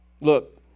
Look